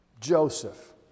Joseph